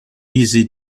easy